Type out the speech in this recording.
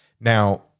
Now